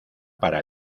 para